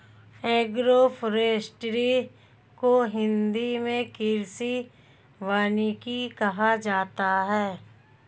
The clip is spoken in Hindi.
एग्रोफोरेस्ट्री को हिंदी मे कृषि वानिकी कहा जाता है